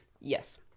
Yes